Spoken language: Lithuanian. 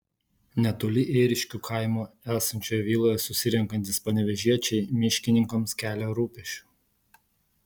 netoli ėriškių kaimo esančioje viloje susirenkantys panevėžiečiai miškininkams kelia rūpesčių